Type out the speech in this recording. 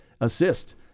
assist